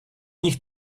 nich